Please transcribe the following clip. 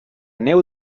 neu